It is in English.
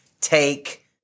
take